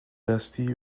دستی